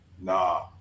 nah